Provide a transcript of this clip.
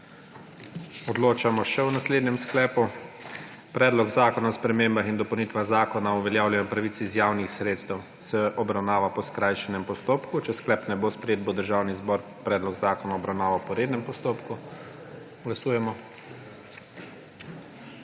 Odločamo še o naslednjem sklepu: Predlog zakona o spremembah in dopolnitvah Zakona o uveljavljanju pravic iz javnih sredstev se obravnava po skrajšanem postopku. Če sklep ne bo sprejet, bo Državni zbor predlog zakona obravnaval po rednem postopku. Glasujemo.